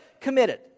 committed